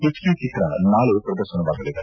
ಹಿಚ್ಚಿ ಚಿತ್ರ ನಾಳೆ ಪ್ರದರ್ಶನವಾಗಲಿದೆ